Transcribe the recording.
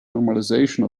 normalization